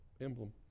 emblem